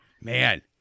Man